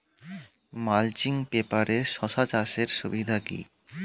Mulching পেপারে শসা চাষের সুবিধা কি?